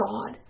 God